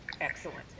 Excellent